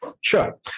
Sure